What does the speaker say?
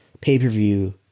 Pay-per-view